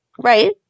Right